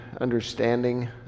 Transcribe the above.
understanding